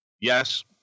Yes